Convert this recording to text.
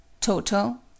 Total